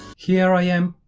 here i am,